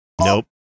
Nope